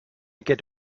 get